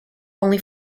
only